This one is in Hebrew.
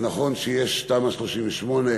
אז נכון שיש תמ"א 38,